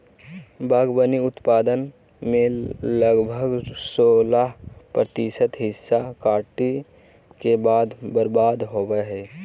बागवानी उत्पादन में लगभग सोलाह प्रतिशत हिस्सा कटाई के बाद बर्बाद होबो हइ